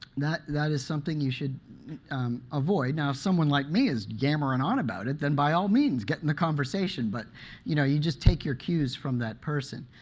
that that is something you should avoid. now if someone like me is yammering on about it, then by all means, get in the conversation. but you know you just take your cues from that person.